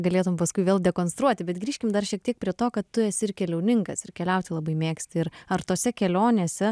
galėtum paskui vėl dekonstruoti bet grįžkim dar šiek tiek prie to kad tu esi ir keliauninkas ir keliauti labai mėgsti ir ar tose kelionėse